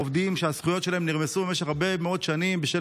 עובדים שהזכויות שלהם נרמסו במשך הרבה מאוד שנים בשל